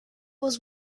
was